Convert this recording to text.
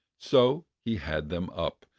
so he had them up,